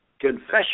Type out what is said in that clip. confession